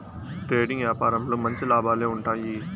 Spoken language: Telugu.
ట్రేడింగ్ యాపారంలో మంచి లాభాలే ఉంటాయి